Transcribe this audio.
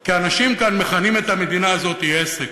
כי אנשים כאן מכנים את המדינה הזאת עסק.